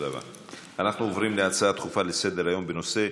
אנחנו עוברים להצעות דחופות לסדר-היום בנושא: